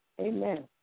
Amen